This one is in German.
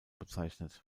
bezeichnet